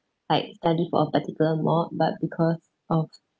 like study for a particular mod but because of